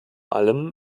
allem